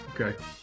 Okay